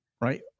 Right